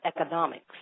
economics